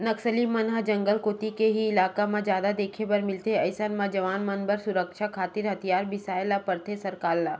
नक्सली मन ह जंगल कोती के ही इलाका म जादा देखे बर मिलथे अइसन म जवान मन बर सुरक्छा खातिर हथियार बिसाय ल परथे सरकार ल